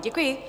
Děkuji.